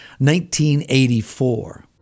1984